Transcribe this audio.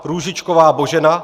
Růžičková Božena